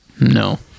no